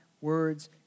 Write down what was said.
words